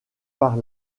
par